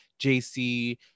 JC